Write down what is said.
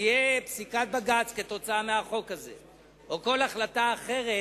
שתהיה פסיקת בג"ץ כתוצאה מהחוק הזה או כל החלטה אחרת,